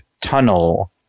tunnel